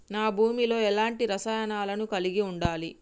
నా భూమి లో ఎలాంటి రసాయనాలను కలిగి ఉండాలి?